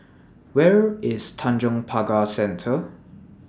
Where IS Tanjong Pagar Centre